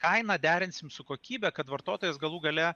kainą derinsim su kokybe kad vartotojas galų gale